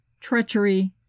Treachery